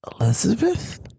Elizabeth